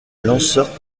lanceur